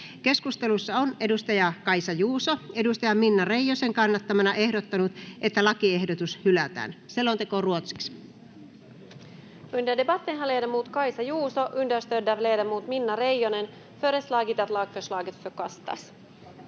Keskustelussa on Kaisa Juuso Minna Reijosen kannattamana ehdottanut, että lakiehdotus hylätään. [Speech 3]